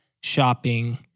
shopping